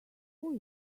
who